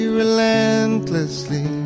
relentlessly